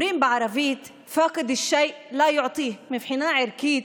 אומרים בערבית: (אומרת בערבית ומתרגמת:) מבחינה ערכית,